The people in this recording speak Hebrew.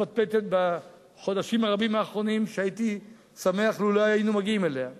פטפטת בחודשים הרבים האחרונים והייתי שמח לו לא היינו מגיעים אליה.